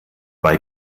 bei